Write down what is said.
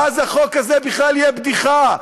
ואז החוק הזה בכלל יהיה בדיחה,